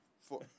four